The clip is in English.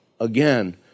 again